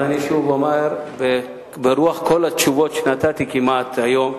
אני שוב אומר, ברוח כל התשובות שנתתי, כמעט, היום,